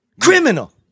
Criminal